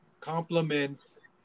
compliments